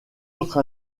autre